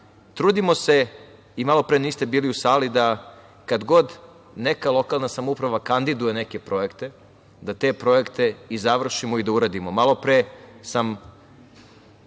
trudimo se, malo pre niste bili u sali, da kad god neka lokalna samouprava kandiduje projekte da te projekte i završimo i da uradimo. Malo pre sam